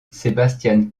sebastian